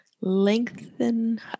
Lengthen